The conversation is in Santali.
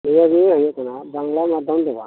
ᱚᱱᱟ ᱜᱮ ᱦᱩᱭᱩᱜ ᱠᱟᱱᱟ ᱵᱟᱝᱞᱟ ᱢᱟᱫᱽᱫᱷᱚᱢ ᱫᱚ ᱵᱟᱝ